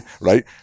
right